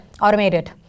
Automated